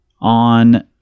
on